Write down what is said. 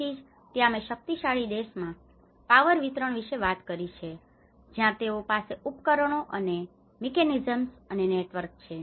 તેથી જ ત્યાં મેં શક્તિશાળી દેશમાં પાવર વિતરણ વિશે વાત કરી હતી જ્યાં તેઓ પાસે આ ઉપકરણો અને મિકેનિઝમ્સ અને નેટવર્ક છે